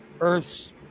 Earth's